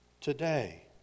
Today